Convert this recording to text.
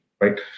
right